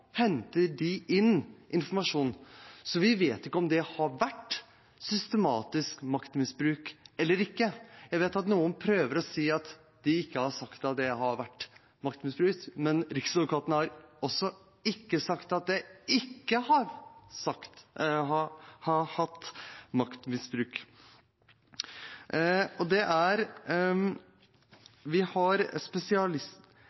henter de inn informasjon. Så vi vet ikke om det har vært systematisk maktmisbruk eller ikke. Jeg vet at noen prøver å si at de ikke har sagt at det har vært maktmisbruk. Men Riksadvokaten har heller ikke sagt at det ikke har vært maktmisbruk. Vi har